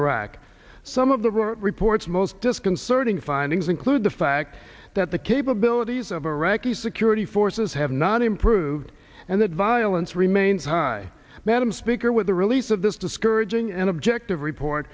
iraq some of the reports most disconcerting findings include the fact that the capabilities of iraqi security forces have not improved and that via owens remains high madam speaker with the release of this discouraging and objective report